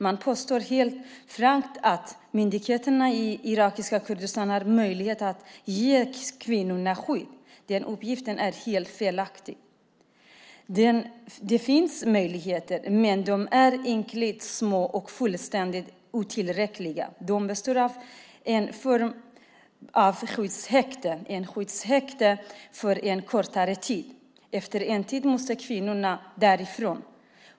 Man påstår helt frankt att myndigheterna i irakiska Kurdistan har möjlighet att ge kvinnorna skydd. Den uppgiften är helt felaktig. Det finns möjligheter, men de är ynkligt små och fullständigt otillräckliga. De består av en form av skyddshäkte för en kortare tid. Efter en tid måste kvinnorna därifrån.